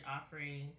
offering